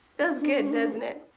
feels good doesn't it?